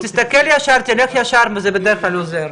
הרי זה הולך לפי מספר תחנות בכל רשות,